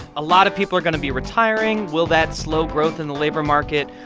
a lot of people are going to be retiring. will that slow growth in the labor market?